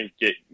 get